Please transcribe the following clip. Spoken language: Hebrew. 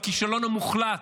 הכישלון המוחלט,